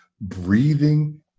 breathing